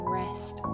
rest